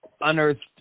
Unearthed